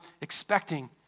expecting